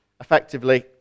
effectively